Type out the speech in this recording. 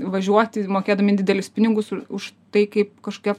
važiuoti mokėdami didelius pinigus už tai kaip kažkokią